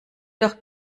doch